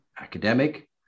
academic